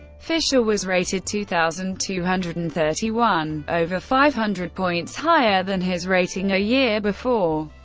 fischer was rated two thousand two hundred and thirty one over five hundred points higher than his rating a year before.